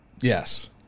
Yes